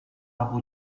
abu